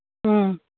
ꯎꯝ